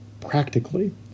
practically